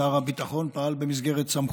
שר הביטחון פעל במסגרת סמכותו.